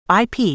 IP